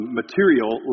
material